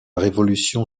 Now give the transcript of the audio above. révolution